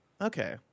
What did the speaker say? Okay